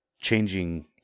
changing